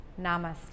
Namaste